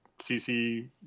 CC